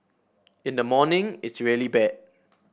in the morning it's really bad